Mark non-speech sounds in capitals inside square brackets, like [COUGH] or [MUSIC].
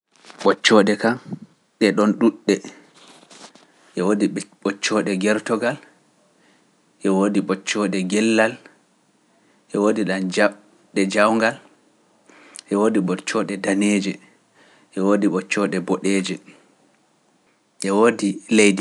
Ɓoccoo ɗe kam ɗe ɗon ɗuuɗɗe e woodi ɓoccoo ɗe gertogal e woodi ɓoccoo ɗe gellal e woodi ɗam jaɓɗe jawngal, [HESITATION] e woodi ɓoccoo ɗe daneeje e woodi ɓoccoo ɗe boɗeeje e woodi leydi.